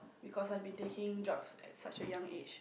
because I've been taking drugs at such a young age